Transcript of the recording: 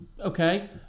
Okay